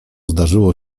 zdarzyło